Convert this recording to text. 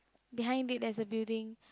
behind it there's a building